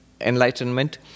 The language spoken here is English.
enlightenment